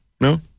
No